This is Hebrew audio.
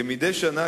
כמדי שנה,